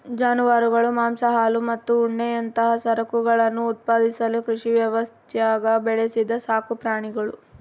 ಜಾನುವಾರುಗಳು ಮಾಂಸ ಹಾಲು ಮತ್ತು ಉಣ್ಣೆಯಂತಹ ಸರಕುಗಳನ್ನು ಉತ್ಪಾದಿಸಲು ಕೃಷಿ ವ್ಯವಸ್ಥ್ಯಾಗ ಬೆಳೆಸಿದ ಸಾಕುಪ್ರಾಣಿಗುಳು